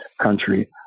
country